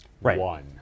one